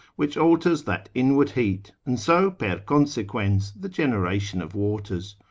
which alters that inward heat, and so per consequens the generation of waters.